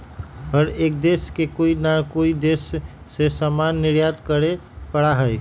हर एक देश के कोई ना कोई देश से सामान निर्यात करे पड़ा हई